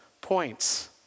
points